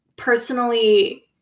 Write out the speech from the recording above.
Personally